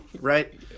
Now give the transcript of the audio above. right